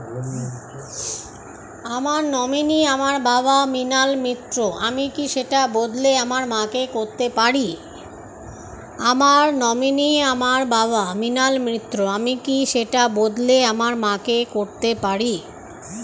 আমার নমিনি আমার বাবা, মৃণাল মিত্র, আমি কি সেটা বদলে আমার মা কে করতে পারি?